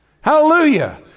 Hallelujah